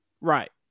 Right